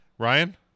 Ryan